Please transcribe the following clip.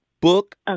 Book